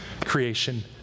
creation